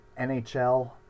NHL